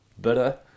bitter